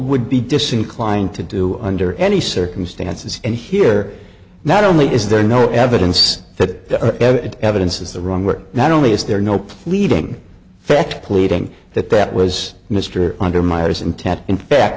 would be disinclined to do under any circumstances and here not only is there no evidence that evidence is the wrong word not only is there no pleading fact pleading that that was mr under myers and tat in fact